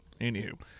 anywho